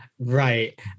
Right